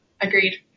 agreed